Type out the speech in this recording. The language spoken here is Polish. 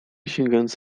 sięgając